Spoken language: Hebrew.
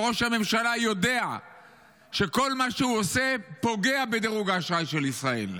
שראש הממשלה יודע שכל מה שהוא עושה פוגע בדירוג האשראי של ישראל,